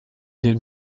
den